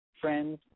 friends